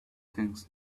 things